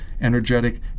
energetic